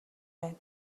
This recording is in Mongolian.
байна